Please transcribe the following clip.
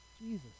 Jesus